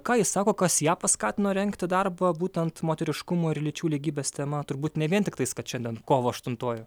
ką ji sako kas ją paskatino rengti darbą būtent moteriškumo ir lyčių lygybės tema turbūt ne vien tiktais kad šiandien kovo aštuntoji